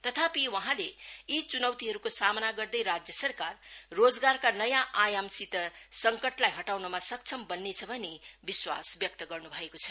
तथापि वहाँले यी चुनौतीहरूको सामना गर्दै राज्य सरकार रोजगारका नयाँ आयामसित संकटलाई हटाउनमा सक्षम बन्नेछ भनी विश्वास व्यक्त गर्नु भएको छ